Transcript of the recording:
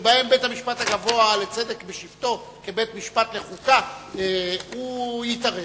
שבהם בית-המשפט הגבוה לצדק בשבתו כבית-משפט לחוקה הוא יתערב?